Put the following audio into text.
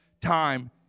time